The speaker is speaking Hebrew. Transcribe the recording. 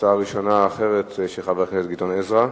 הצעה אחרת ראשונה של חבר הכנסת גדעון עזרא,